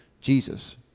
Jesus